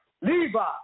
Levi